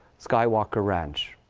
skywalker ranch.